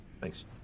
Thanks